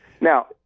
Now